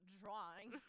drawing